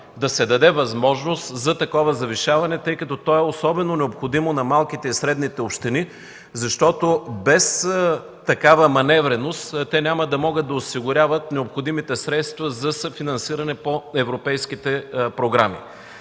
да се даде възможност за такова завишаване, тъй като то е особено необходимо на малките и средните общини – без такава маневреност те няма да могат да осигуряват необходимите средства за съфинансиране по европейските програми.